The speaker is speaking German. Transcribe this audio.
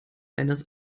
eines